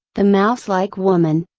the mouse like woman,